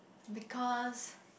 because